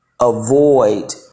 avoid